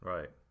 Right